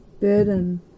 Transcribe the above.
burden